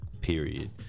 period